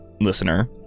listener